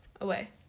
away